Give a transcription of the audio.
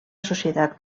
societat